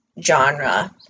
genre